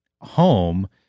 home